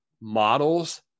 models